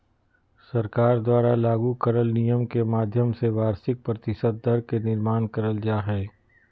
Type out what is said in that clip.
सरकार द्वारा लागू करल नियम के माध्यम से वार्षिक प्रतिशत दर के निर्माण करल जा हय